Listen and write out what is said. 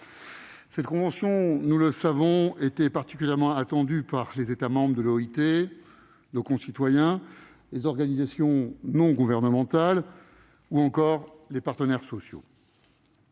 Cette convention, nous le savons, était particulièrement attendue par les États membres de l'OIT, nos concitoyens, les organisations non gouvernementales (ONG) ou encore les partenaires sociaux.